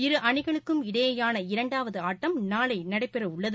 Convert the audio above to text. இரு அணிகளுக்கும் இடையேயான இரண்டாவது ஆட்டம் நாளை நடைபெறவுள்ளது